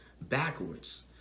backwards